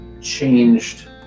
changed